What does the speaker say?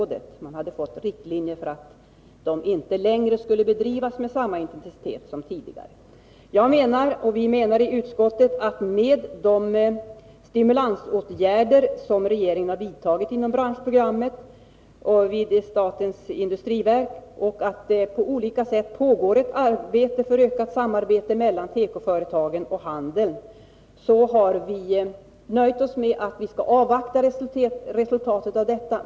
Prisoch kartellnämnden hade fått nya riktlinjer om att denna övervakning inte skulle bedrivas med samma intensitet som tidigare. Jag menar, och vi menar i utskottet, att regeringen har vidtagit stimulansåtgärder inom branschprogrammet och vid statens industriverk och att det på olika sätt pågår ett arbete för ökat samarbete mellan tekoföretagen och handeln. Vi har därför nöjt oss med att säga att vi skall avvakta resultatet av detta.